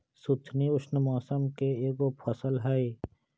सुथनी उष्ण मौसम के एगो फसल हई